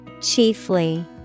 chiefly